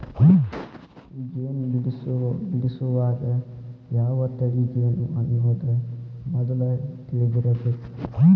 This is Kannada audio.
ಜೇನ ಬಿಡಸುವಾಗ ಯಾವ ತಳಿ ಜೇನು ಅನ್ನುದ ಮದ್ಲ ತಿಳದಿರಬೇಕ